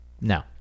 no